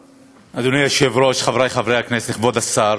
אדוני היושב-ראש, חברי חברי הכנסת, כבוד השר,